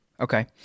Okay